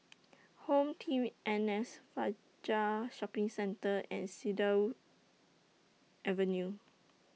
HomeTeam N S Fajar Shopping Centre and Cedarwood Avenue